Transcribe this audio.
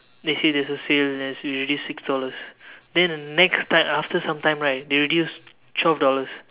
they say there's a sale that's usually six dollars then the next time after some time right they reduced twelve dollars